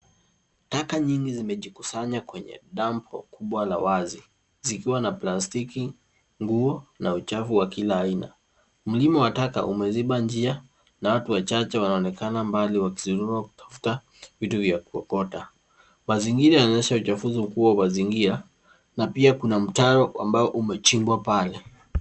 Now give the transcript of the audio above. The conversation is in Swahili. Taka nyingi zimejikusanya kwenye dampu kubwa la wazi. zikiwa na plastiki, nguo na uchafu wa kila aina. Mlima wa taka umeziba njia na watu wachache wanaonekana mbali wakizurura kutafuta vitu vya kuokota. Mazingira yanaonyesha uchafuzi mkubwa wa mazingira na pia kuna mtaro ambao umechimbwa pale.